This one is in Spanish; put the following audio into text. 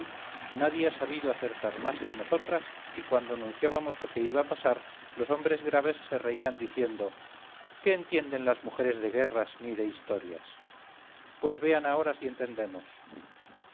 nadie ha sabido acertar más que nosotras y cuando anunciábamos lo que iba a pasar los hombres graves se reían diciendo qué entienden las mujeres de guerras ni de historias pues vean ahora si entendemos